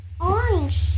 Orange